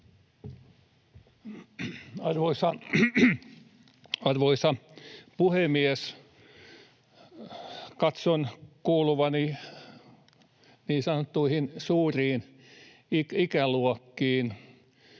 Arvoisa puhemies! Katson kuuluvani niin sanottuihin suuriin ikäluokkiin.